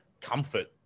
comfort